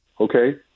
okay